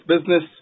business